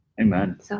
Amen